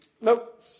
Nope